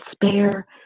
despair